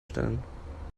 stellen